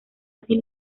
así